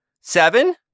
Seven